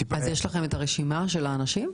יש לכם את רשימת האנשים?